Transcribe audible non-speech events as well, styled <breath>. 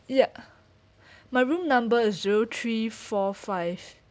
ya <breath> my room number is zero three four five